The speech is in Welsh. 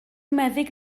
meddyg